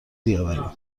بیاورید